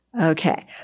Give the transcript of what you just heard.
Okay